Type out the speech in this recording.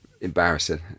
Embarrassing